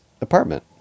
apartment